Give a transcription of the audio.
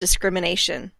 discrimination